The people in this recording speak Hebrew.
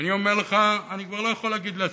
אני אומר לך, אני כבר לא יכול להגיד לעצמי: